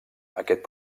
aquest